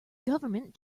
government